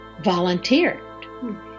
volunteered